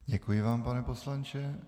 Děkuji vám, pane poslanče.